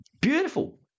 Beautiful